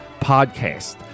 Podcast